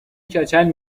کچل